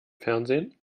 fernsehen